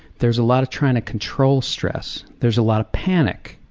there's a lot of trying to control stress. there's a lot of panic,